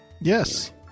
Yes